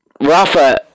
Rafa